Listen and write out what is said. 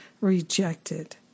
rejected